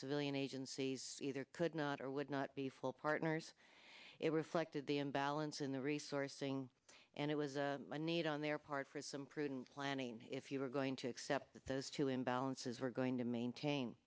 civilian agencies either could not or would not be full partners it reflected the imbalance in the resourcing and it was a need on their part for some prudent planning if you were going to accept that those two imbalances were going to maintain